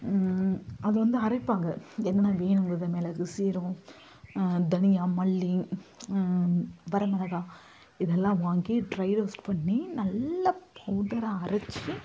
அது வந்து அரைப்பாங்க என்ன வேணும்கிறது மிளகு சீரகம் தனியா மல்லி வரமொளகாய் இதெல்லாம் வாங்கி ட்ரை ரோஸ்ட் பண்ணி நல்லா பவுடராக அரச்சு